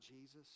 Jesus